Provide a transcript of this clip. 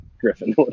Griffin